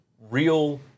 real